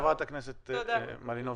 תודה, חברת הכנסת מלינובסקי.